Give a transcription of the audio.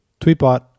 Tweetbot